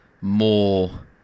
more